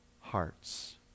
hearts